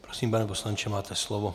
Prosím, pane poslanče, máte slovo.